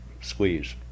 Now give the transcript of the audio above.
squeeze